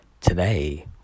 Today